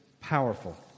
powerful